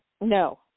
No